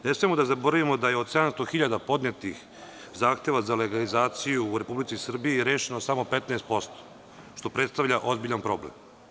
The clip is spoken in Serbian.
Ne smemo da zaboravimo da je od 700.000 podnetih zahteva za legalizaciju u Republici Srbiji rešeno samo 15%, što predstavlja ozbiljan problem.